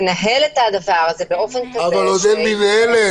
תנהל את הדבר הזה באופן כזה --- אבל עוד אין מנהלת.